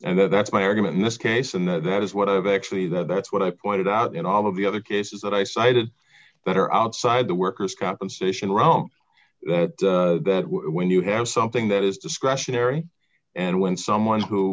and that's my argument in this case and that is what i've actually that's what i pointed out in all of the other cases that i cited that are outside the workers compensation realm that that when you have something that is discretionary and when someone who